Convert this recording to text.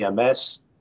EMS